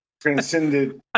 transcended